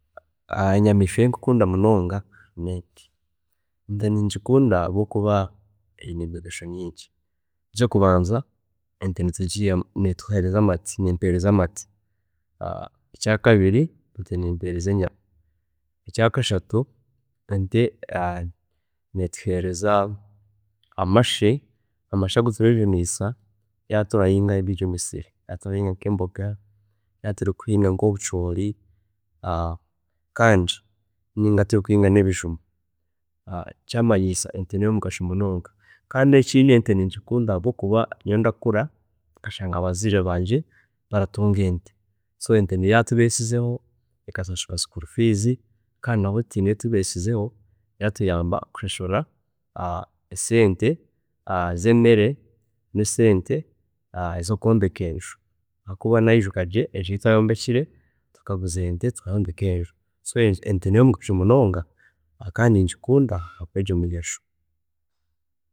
Enyamiishwa eyindikukunda munonga n'ente, ente ningikunda ahabwokuba eyine emigasho nyingi, ekyokubanza ente netuheereza amate, nempeereza amate, ekyakabiri nempeereza enyama, ekyakashatu ente netuheereza amashe, amashe agu turejuniisa yaaba turahinga ebiri omumusiri, yaaba turahinga nk'emboga, yaaba turikuhinga kandi ninga turi kuhinga nk'ebijuma kiramanyiisa ngu ente neyomugasho munonga. Kandi ekindi ente ningikunda ahabwokuba nkanye nda kura nkashanga abazeire bangye beine ente so ente niyo yatubeisizeho, yatushashurira school fees kandi nabwe nahati niyo etubeisizeho eratuyamba kushashura esente ezemere nesente ezokwombeka enju ahabwokuba naaba ndijuka gye, ente nizo twagurize zikatuyamba okwombeka enju, so ente neyomugasho munonga kandi ningikunda nkenyamishwa.